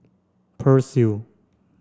Persil